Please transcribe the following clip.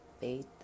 faith